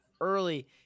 early